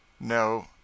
No